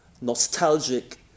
nostalgic